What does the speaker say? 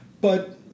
But-